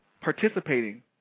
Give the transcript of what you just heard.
participating